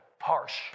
harsh